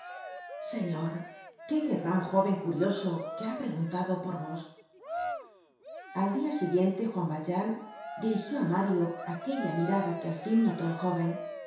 señor qué querrá un jóven curioso que ha preguntado por vos al dia siguiente juan valjean dirigió á mario aquella mirada que al fin notó el jóven